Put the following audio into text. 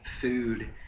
food